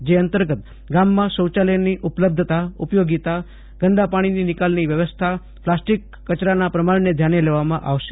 જે અંતર્ગત ગામમાં શોચાલચની ઉપલબ્ધતા ઉપયોગિતા ગંદા પાણીના નિકાલની વ્યવસ્થા પ્લાસ્ટિક કચરાના પ્રમાણને ધ્યાને લેવામાં આવશે